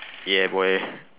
yeah boy